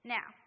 Now